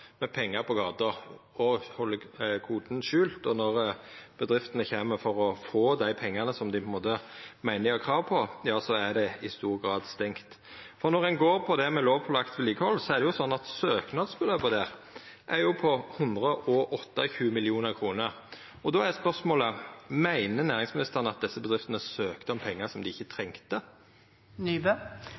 med pengar på gata og held koden skjult. Når bedriftene kjem for å få dei pengane som dei meiner dei har krav på, ja, så er det i stor grad stengt. Og når ein går på det med lovpålagt vedlikehald, er det slik at søknadsbeløpa der er på 128 mill. kr. Då er spørsmålet: Meiner næringsministeren at desse bedriftene søkte om pengar dei ikkje trengte?